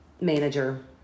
manager